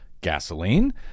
gasoline